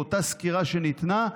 באותה סקירה שניתנה,